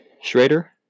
Schrader